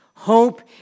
Hope